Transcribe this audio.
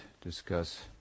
discuss